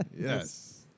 Yes